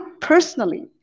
personally